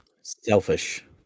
Selfish